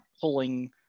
pulling